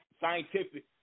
scientific